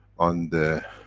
on the